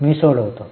मी सोडवतो